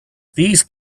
these